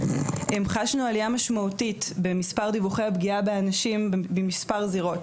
חשנו בעלייה משמעותית במספר דיווחי הפגיעה באנשים במספר זירות.